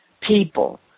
people